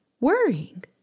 worrying